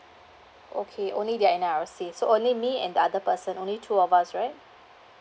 okay only the N_R_I_C so only me and the other person only two of us right